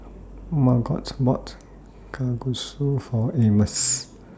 Margot bought Kalguksu For Amos